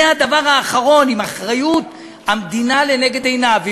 אבל זה הדבר האחרון אם אחריות המדינה לנגד עיניו.